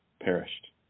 perished